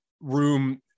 room